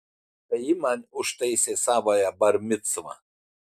tai ji man užtaisė savąją bar micvą